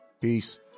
Peace